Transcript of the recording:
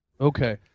Okay